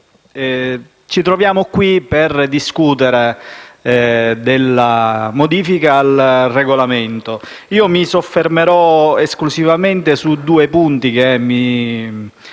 ci troviamo qui a discutere della riforma al Regolamento. Mi soffermerò esclusivamente su due punti che mi